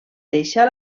deixar